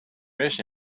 miss